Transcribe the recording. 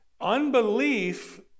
unbelief